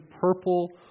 purple